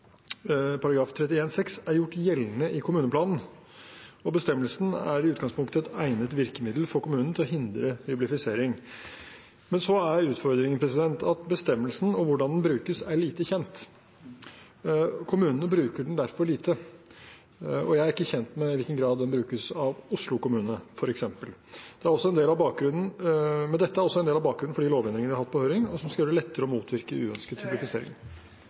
er gjort gjeldende i kommuneplanen, og bestemmelsen er i utgangspunktet et egnet virkemiddel for kommunen til å hindre hyblifisering. Men så er utfordringen at bestemmelsen og hvordan den brukes, er lite kjent. Kommunene bruker den derfor lite, og jeg er ikke kjent med i hvilken grad den brukes av Oslo kommune, f.eks. Men dette er også en del av bakgrunnen for de lovendringene vi har hatt på høring, og som skal gjøre det lettere å motvirke uønsket